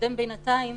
בהמשך חקירה.